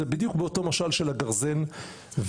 זה בדיוק באותו משל של הגרזן והשיוף,